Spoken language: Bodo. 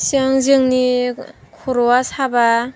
जों जोंनि खर'आ साबा